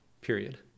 Period